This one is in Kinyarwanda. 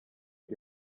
ngo